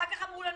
אחר כך אמרו לנו: